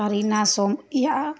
Harina Sonkiya